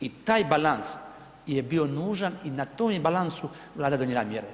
I taj balans je bio nužan i na tom je balansu Vlada donijela mjere.